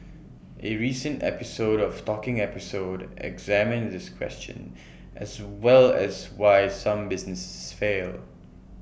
A recent episode of talking episode examined this question as well as why some businesses fail